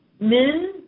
Men